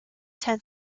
ten